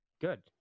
Good